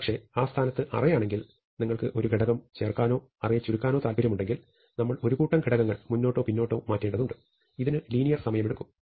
പക്ഷേ ആ സ്ഥാനത്ത് അറേയാണെങ്കിൽ നിങ്ങൾക്ക് ഒരു ഘടകം ചേർക്കാനോ അറേ ചുരുക്കാനോ താൽപ്പര്യമുണ്ടെങ്കിൽ നമ്മൾ ഒരു കൂട്ടം ഘടകങ്ങൾ മുന്നോട്ടോ പിന്നോട്ടോ മാറ്റേണ്ടതുണ്ട് ഇതിന് ലീനിയർ സമയമെടുക്കും